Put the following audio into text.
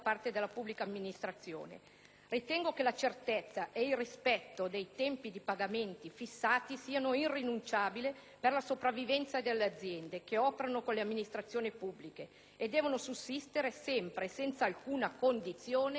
Ritengo che la certezza e il rispetto dei tempi di pagamento fissati siano irrinunciabili per la sopravvivenza delle aziende che operano con l'amministrazione pubblica e devono sussistere sempre senza alcuna condizione e/o limitazione.